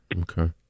Okay